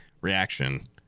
reaction